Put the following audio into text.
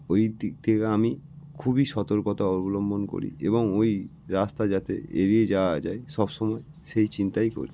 ওই দিক থেকে আমি খুবই সতর্কতা অবলম্বন করি এবং ওই রাস্তা যাতে এড়িয়ে যাওয়া যায় সব সময় সেই চিন্তাই করি